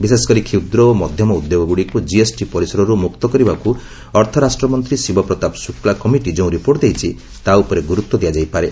ବିଶେଷକରି କ୍ଷ୍ରଦ୍ ଓ ମଧ୍ୟମ ଉଦ୍ୟୋଗଗ୍ରଡ଼ିକ୍ ଜିଏସ୍ଟି ପରିସରର୍ ମ୍ରକ୍ତ କରିବାକୁ ଅର୍ଥ ରାଷ୍ଟ୍ରମନ୍ତ୍ରୀ ଶିବପ୍ରତାପ ଶୁକ୍ଲା କମିଟି ଯେଉଁ ରିପୋର୍ଟ ଦେଇଛି ତା' ଉପରେ ଗୁର୍ତ୍ୱ ଦିଆଯାଇପାରେ